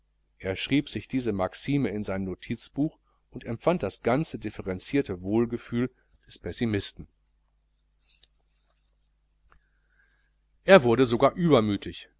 er schrieb sich diese maxime in sein notizbuch und empfand das ganze differenzierte wohlgefühl des pessimisten er wurde sogar übermütig